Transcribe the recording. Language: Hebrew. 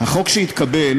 החוק שהתקבל